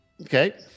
Okay